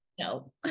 No